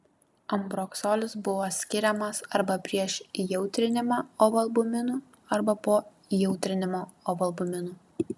ambroksolis buvo skiriamas arba prieš įjautrinimą ovalbuminu arba po įjautrinimo ovalbuminu